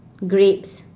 grapes